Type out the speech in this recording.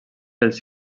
dels